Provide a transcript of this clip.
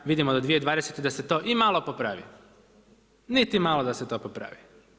Vidimo do 2020. da se to i malo popravi, niti malo da se to popravi.